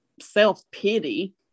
self-pity